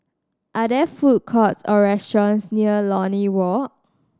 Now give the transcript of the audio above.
are there food courts or restaurants near Lornie Walk